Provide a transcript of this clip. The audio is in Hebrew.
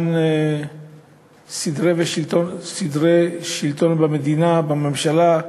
שלמען סדרי שלטון במדינה, בממשלה,